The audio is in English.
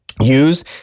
use